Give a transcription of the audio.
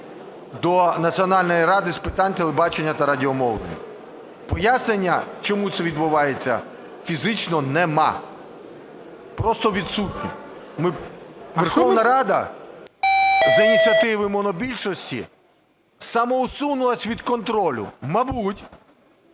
до Національної ради з питань телебачення та радіомовлення. Пояснення, чому це відбувається, фізично немає, просто відсутнє. Верховна Рада за ініціативи монобільшості самоусунулась від контролю. Мабуть,